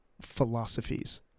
philosophies